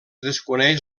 desconeix